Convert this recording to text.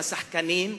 עם השחקנים,